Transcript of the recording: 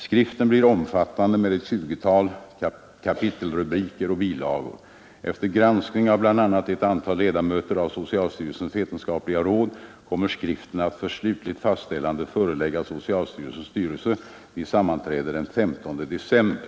Skriften blir omfattande med ett tjugotal kapitelrubriker och bilagor. Efter granskning av bl.a. ett antal ledamöter av socialstyrel sens vetenskapliga råd kommer skriften att för slutlig faststä föreläggas socialstyrelsens styrelse vid sammanträde den 15 december.